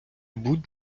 будь